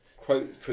quote